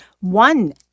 one